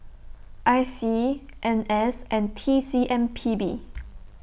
I C N S and T C M P B